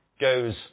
goes